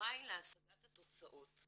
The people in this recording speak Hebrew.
שאחראי להשגת התוצאות.